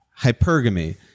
hypergamy